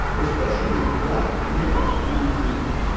especially black male ninth graders,